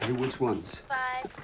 which ones? five,